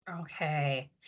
okay